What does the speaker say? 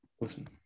listen